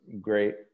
great